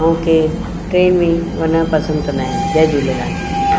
ऐं के ट्रेन में वञणु पसंदि कंदा आहिनि जय झूलेलाल